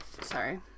Sorry